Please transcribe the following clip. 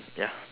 ya